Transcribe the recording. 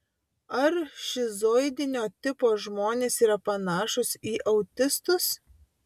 ar šizoidinio tipo žmonės yra panašūs į autistus